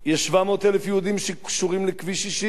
יש 700,000 יהודים שקשורים לכביש 60,